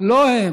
לא הם.